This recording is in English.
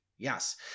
Yes